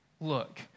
look